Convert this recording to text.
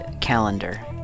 calendar